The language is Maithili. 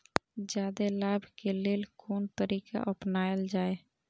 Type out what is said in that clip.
जादे लाभ के लेल कोन तरीका अपनायल जाय?